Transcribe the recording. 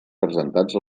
presentats